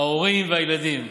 ההורים והילדים.